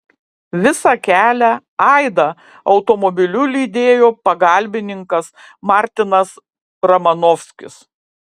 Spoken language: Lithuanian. visą kelią aidą automobiliu lydėjo pagalbininkas martinas romanovskis